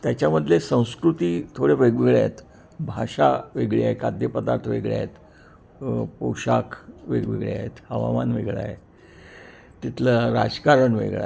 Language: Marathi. त्याच्यामधले संस्कृती थोडे वेगवेगळे आहेत भाषा वेगळी आहे खाद्यपदार्थ वेगळे आहेत आहेत पोशाख वेगवेगळे आहेत हवामान वेगळं आहे तिथलं राजकारण वेगळं आहे